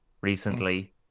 recently